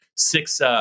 Six